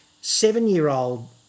seven-year-old